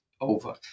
over